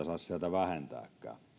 saisi sieltä vähentääkään